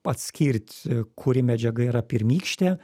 atskirt kuri medžiaga yra pirmykštė